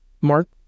Mark